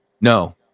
no